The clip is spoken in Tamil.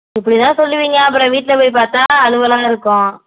இப்படி தான் சொல்லுவீங்க அப்புறம் வீட்டில் போய் பார்த்தா அழுகலா இருக்கும்